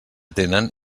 tenen